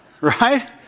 Right